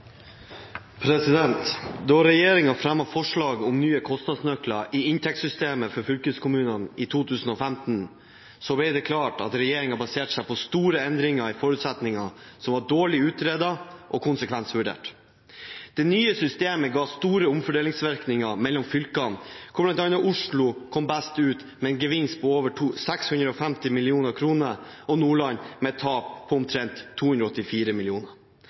Da regjeringen fremmet forslag om ny kostnadsnøkkel i inntektssystemet for fylkeskommunene i 2015, ble det klart at regjeringen baserte seg på store endringer i forutsetningene, som var dårlig utredet og konsekvensvurdert. Det nye systemet ga store omfordelingsvirkninger mellom fylkene, der bl.a. Oslo kom best ut med en gevinst på over 650 mill. kr, og Nordland kom ut med et tap på omtrent 284